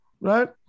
right